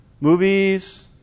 movies